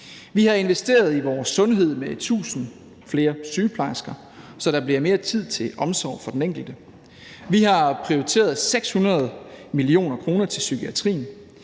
Vi har investeret i vores sundhed med 1.000 flere sygeplejersker, så der bliver mere tid til omsorg for den enkelte; vi har prioriteret 600 mio. kr. til psykiatrien;